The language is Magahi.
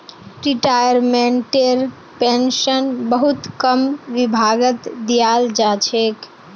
रिटायर्मेन्टटेर पेन्शन बहुत कम विभागत दियाल जा छेक